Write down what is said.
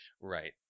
Right